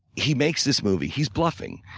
he makes this movie. he's bluffing.